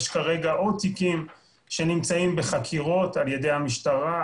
יש עוד תיקים כרגע שנמצאים בחקירות על ידי המשטרה,